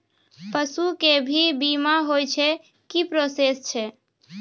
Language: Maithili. पसु के भी बीमा होय छै, की प्रोसेस छै?